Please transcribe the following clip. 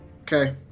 Okay